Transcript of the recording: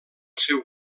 seu